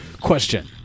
Question